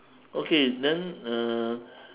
okay then uh